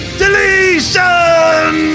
deletion